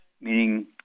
meaning